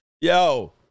Yo